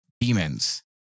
demons